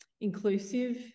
inclusive